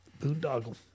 Boondoggle